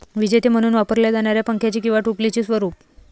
विजेते म्हणून वापरल्या जाणाऱ्या पंख्याचे किंवा टोपलीचे स्वरूप